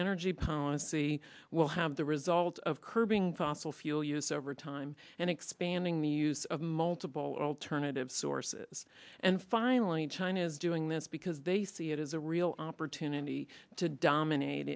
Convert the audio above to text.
energy policy will have the result of curbing fossil fuel use over time and expanding the use of multiple alternative sources and finally china is doing this because they see it as a real opportunity to dominate